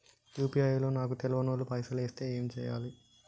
UPI లో నాకు తెల్వనోళ్లు పైసల్ ఎస్తే ఏం చేయాలి?